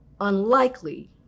unlikely